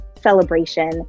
celebration